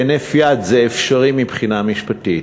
בהינף יד: זה אפשרי מבחינה משפטית.